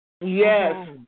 Yes